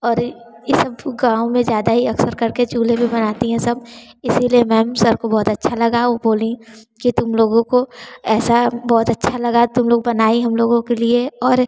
और सब गाँव में ज़्यादा ही अक्सर करके चूल्हे पर बनाती हैं सब इसीलिए मैम सर को बहुत अच्छा लगा वो बोलीं कि तुम लोगों को ऐसा बहुत अच्छा लगा तुम लोग बनाई हम लोगों के लिए और